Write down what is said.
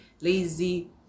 lazy